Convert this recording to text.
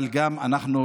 אבל גם אנחנו,